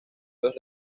los